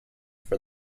for